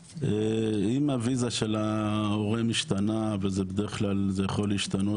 אם הוויזה של ההורה משתנה וזה בדרך כלל זה יכול להשתנות,